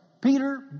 Peter